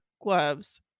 gloves